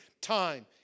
time